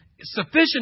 sufficient